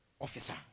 Officer